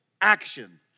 action